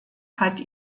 hat